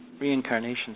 reincarnation